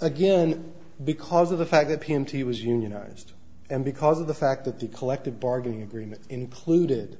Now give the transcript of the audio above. again because of the fact that p m t was unionized and because of the fact that the collective bargaining agreement in pleaded